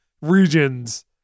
regions